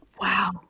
Wow